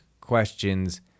questions